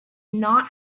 not